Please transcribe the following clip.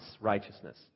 righteousness